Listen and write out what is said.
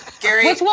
Gary